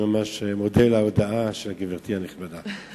אני ממש מודה על ההודיה של גברתי הנכבדה.